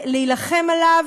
להילחם עליו,